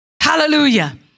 Hallelujah